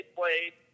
played